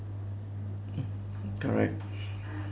correct